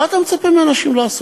מה אתה מצפה מאנשים לעשות?